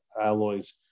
alloys